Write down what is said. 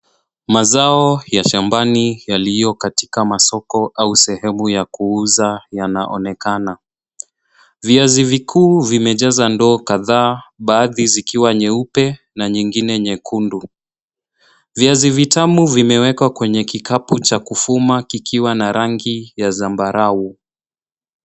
Mazao ya shambani yaliyo katika masoko au sehemu ya kuuza yanaonekana. Viazi vikuu vimejaza ndoo kadhaa baaadhi zikiwa nyeupe na nyingine nyekundu. Viazi vitamu vimewekwa kwenye kikapu cha kufuma kikiwa na rangi ya zambarau.